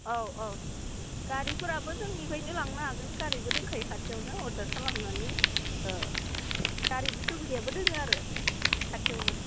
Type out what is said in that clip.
औ अ गारिफोराबो जोंनिफ्रायनो लांनो हागोन गारिबो दंखायो खाथियावनो अर्डार खालामनानै गारिनि सुबिदायाबो दङ आरो खाथियावनो